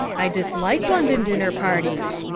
i dislike london dinner-parties.